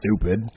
stupid